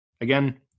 again